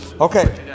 Okay